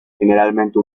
generalmente